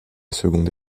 seconde